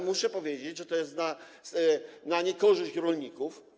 Muszę powiedzieć, że to jest działanie na niekorzyść rolników.